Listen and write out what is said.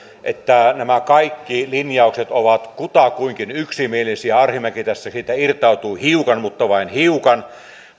että nämä kaikki linjaukset ovat kutakuinkin yksimielisiä arhinmäki tässä siitä irtautuu hiukan mutta vain hiukan